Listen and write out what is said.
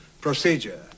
procedure